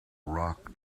rock